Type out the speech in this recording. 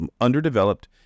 underdeveloped